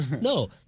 No